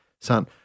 son